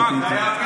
רם, זה היה ביטן.